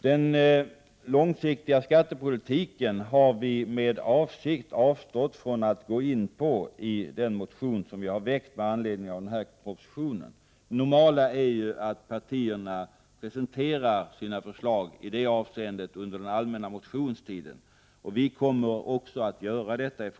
Den långsiktiga skattepolitiken har vi från folkpartiets sida med avsikt avstått från att gå in på i den motion som vi har väckt med anledning av propositionen. Det normala är att partierna presenterar sina förslag i det avseendet under den allmänna motionstiden, och vi kommer också att göra detta.